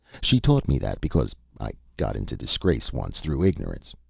she taught me that because i got into disgrace once, through ignorance.